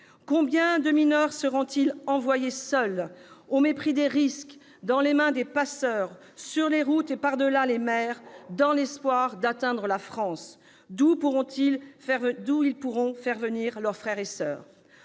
combien de mineurs seront-ils envoyés seuls, au mépris des risques, dans les mains des passeurs, sur les routes et par-delà les mers, dans l'espoir d'atteindre la France, d'où ils pourront faire venir leurs frères et soeurs ?